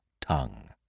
tongue